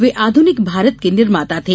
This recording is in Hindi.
वे आध्निक भारत के निर्माता थे